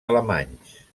alemanys